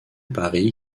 pari